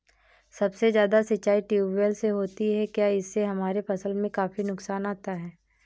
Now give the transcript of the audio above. सबसे ज्यादा सिंचाई ट्यूबवेल से होती है क्या इससे हमारे फसल में काफी नुकसान आता है?